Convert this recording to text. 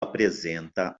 apresenta